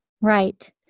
Right